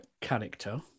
character